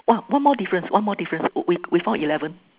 !wah! one more difference one more difference we we found eleven